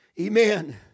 Amen